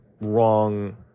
wrong